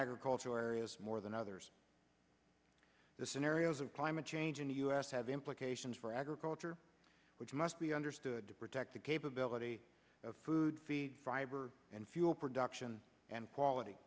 agricultural areas more than others the scenarios of climate change in the us have implications for agriculture which must be understood to protect the capability of food feed fiber and fuel production and quality